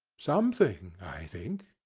something, i think?